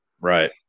Right